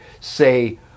say